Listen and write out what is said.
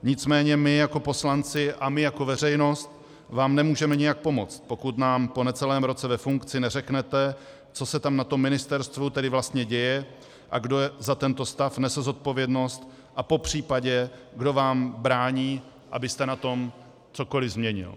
Nicméně my jako poslanci a my jako veřejnost vám nemůžeme nijak pomoct, pokud nám po necelém roce ve funkci neřeknete, co se tam na ministerstvu vlastně děje a kdo za tento stav nese zodpovědnost a popřípadě kdo vám brání, abyste na tom cokoliv změnil.